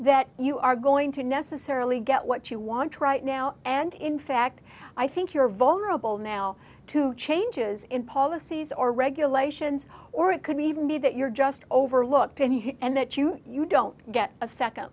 that you are going to necessarily get what you want right now and in fact i think you're vulnerable now to changes in policies or regulations or it could even be that you're just overlooked and that you you don't get a second